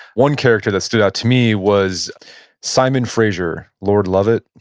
one character that stood out to me was simon fraser, lord lovat.